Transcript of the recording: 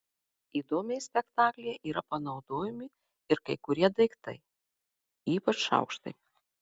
įdomiai spektaklyje yra panaudojami ir kai kurie daiktai ypač šaukštai